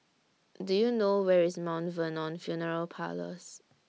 Do YOU know Where IS Mount Vernon Funeral Parlours